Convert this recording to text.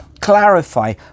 clarify